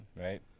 right